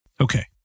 Okay